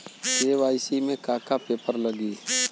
KYC में का का पेपर लगी?